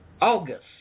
August